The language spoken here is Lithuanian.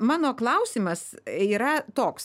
mano klausimas yra toks